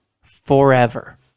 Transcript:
forever